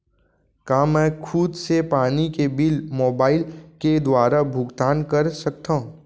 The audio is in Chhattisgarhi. का मैं खुद से पानी के बिल मोबाईल के दुवारा भुगतान कर सकथव?